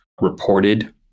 reported